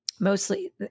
Mostly